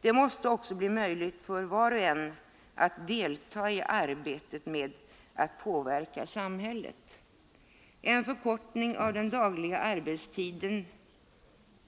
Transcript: Det måste också bli möjligt för var och en att delta i arbetet med att påverka samhället. En förkortning av den dagliga arbetstiden